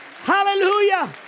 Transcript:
hallelujah